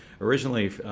Originally